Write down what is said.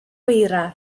eira